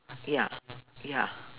ya ya